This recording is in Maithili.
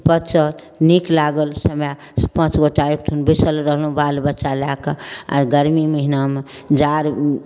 पचल नीक लागल समय पाँच गोटा एकठाम बैसल रहलहुँ बालबच्चा लऽ कऽ आओर गरमी महिनामे जाड़